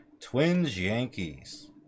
Twins-Yankees